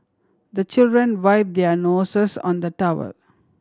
the children wipe their noses on the towel